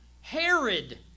Herod